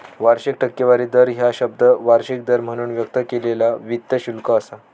वार्षिक टक्केवारी दर ह्या शब्द वार्षिक दर म्हणून व्यक्त केलेला वित्त शुल्क असा